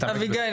אביגיל,